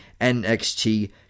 NXT